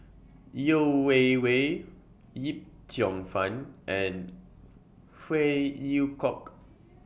Yeo Wei Wei Yip Cheong Fun and Phey Yew Kok